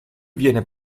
viene